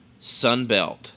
Sunbelt